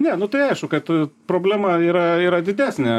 ne nu tai aišku kad problema yra yra didesnė